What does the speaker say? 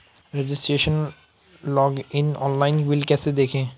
Registration login online bill कैसे देखें?